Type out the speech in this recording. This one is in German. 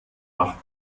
macht